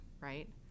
Right